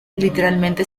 literalmente